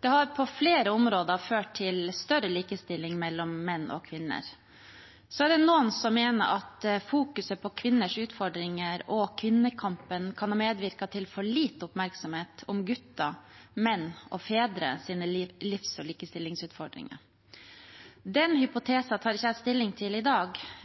Det har på flere områder ført til større likestilling mellom menn og kvinner. Så er det noen som mener at fokuset på kvinners utfordringer og kvinnekampen kan ha medvirket til for lite oppmerksomhet om gutters, menns og fedres livs- og likestillingsutfordringer. Den hypotesen tar ikke jeg stilling til i dag.